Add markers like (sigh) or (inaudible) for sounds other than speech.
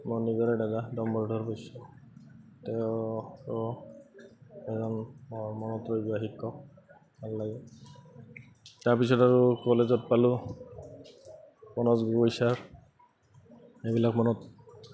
মোৰ নিজৰে দাদা নাম দম্বৰুধৰ বৈশ্য তেওঁ এজন মনত (unintelligible) ভাল লাগে তাৰপিছত আৰু কলেজত পালোঁ (unintelligible) এইবিলাক মনত